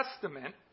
Testament